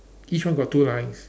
each one got two lines